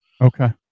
Okay